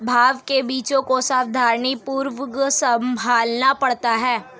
भांग के बीजों को सावधानीपूर्वक संभालना पड़ता है